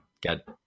get